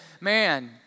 man